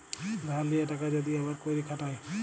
ধার লিয়া টাকা যদি আবার ক্যইরে খাটায়